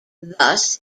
thus